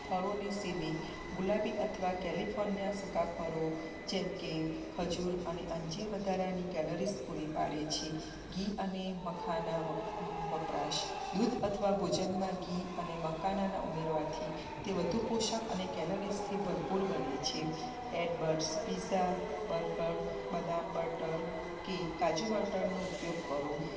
ફરોની સીલી ગુલાબી અથવા કેલીફોર્નીયા સૂકા ફળો જેમકે ખજૂર અને અંજીર વધારાની કેલરીઝ પૂરી પાડે છે ઘી અને મખાના વપરાશ દૂધ અથવા ભોજનમાં ઘી અને મકાનાના ઉમેરવાથી તે વધુ પોષક અને કેલરીઝથી ભરપૂર બને છે એડબર્સ પીઝા બર્ગર બદામ બટર કે કાજુ બટરનો ઉપયોગ કરો